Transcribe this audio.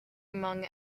among